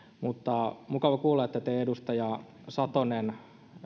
mutta mukava kuulla että te edustaja satonen